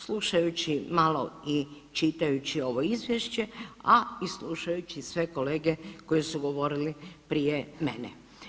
Slušajući malo i čitajući ovo Izvješće, a i slušajući sve kolege koji su govorili prije mene.